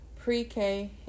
pre-K